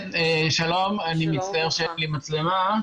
שלום, אני מצטער שאין לי מצלמה.